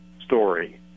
story